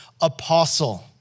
apostle